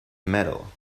medal